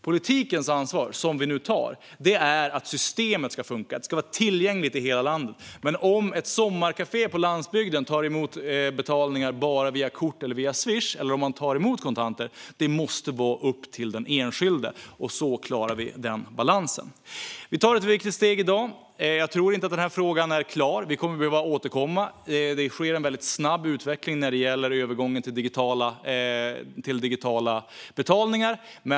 Politikens ansvar, som vi nu tar, är att systemet ska funka och vara tillgängligt i hela landet. Men om ett sommarkafé på landsbygden tar emot betalningar bara via kort eller Swish eller om man tar emot kontanter måste vara upp till den enskilde. Så klarar vi den balansen. Vi tar ett viktigt steg i dag. Jag tror inte att den här frågan är klar; vi kommer att behöva återkomma. Det sker en väldigt snabb utveckling när det gäller övergången till digitala betalningar.